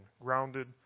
grounded